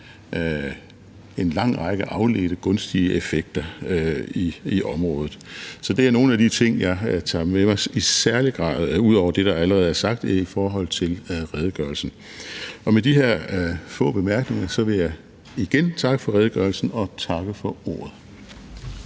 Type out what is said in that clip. en lang række afledte gunstige effekter i området. Så det er nogle af de ting, jeg i særlig grad tager med mig – ud over det, der allerede er sagt – i forhold til redegørelsen. Og med de her få bemærkninger vil jeg igen takke for redegørelsen og takke for ordet.